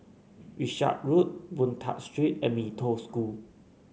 Wishart Road Boon Tat Street and Mee Toh School